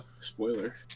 Spoiler